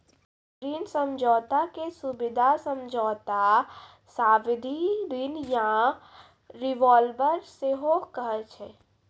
ऋण समझौता के सुबिधा समझौता, सावधि ऋण या रिवॉल्बर सेहो कहै छै